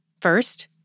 First